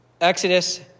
Exodus